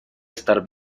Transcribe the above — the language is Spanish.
estar